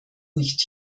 nicht